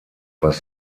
was